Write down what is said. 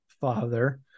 father